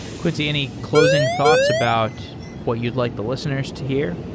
quincy, any clos ing thoughts about what you'd like the lis teners to hear?